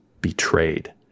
betrayed